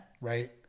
Right